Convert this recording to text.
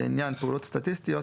לעניין פעולות סטטיסטיות,